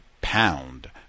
Pound